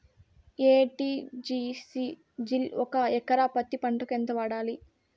ఎ.టి.జి.సి జిల్ ఒక ఎకరా పత్తి పంటకు ఎంత వాడాలి?